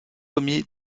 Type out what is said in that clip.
ier